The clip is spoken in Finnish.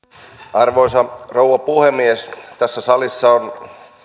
arvoisa rouva puhemies tässä salissa on